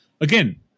again